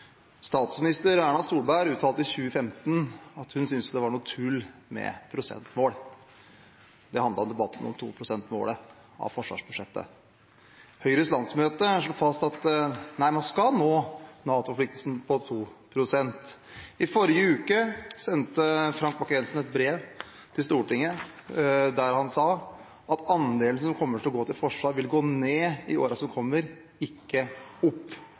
Statsminister Erna Solberg uttalte i 2015 at hun syntes det var noe tull med prosentmål – da handlet debatten om 2-prosentmålet når det gjelder forsvarsbudsjettet. Høyres landsmøte slo fast at man skal nå NATO-forpliktelsen på 2 pst. I forrige uke sendte Frank Bakke-Jensen et brev til Stortinget der han sa at andelen som går til forsvar, vil gå ned i årene som kommer, ikke opp.